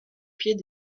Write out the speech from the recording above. pied